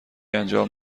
انجام